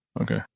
Okay